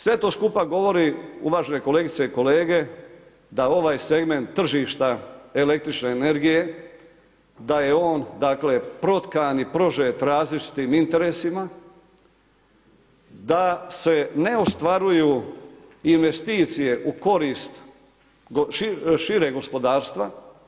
Sve to skupa govori, uvažene kolegice i kolege, da ovaj segment tržišta električne energije, da je on dakle, protkan i prožet različitim interesima, da se ne ostvaruju investicije u korist šireg gospodarstva.